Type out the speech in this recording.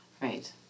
Right